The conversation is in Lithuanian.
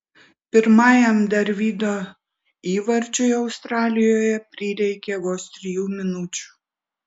pirmajam darvydo įvarčiui australijoje prireikė vos trijų minučių